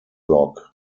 log